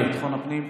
ביטחון פנים.